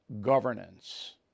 governance